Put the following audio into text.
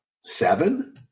seven